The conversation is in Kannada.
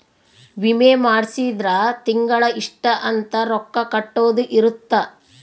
ವಿಮೆ ಮಾಡ್ಸಿದ್ರ ತಿಂಗಳ ಇಷ್ಟ ಅಂತ ರೊಕ್ಕ ಕಟ್ಟೊದ ಇರುತ್ತ